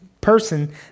person